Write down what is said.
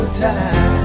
time